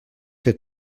que